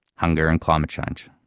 hunger and climate change.